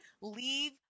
Leave